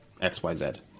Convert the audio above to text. XYZ